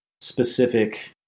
specific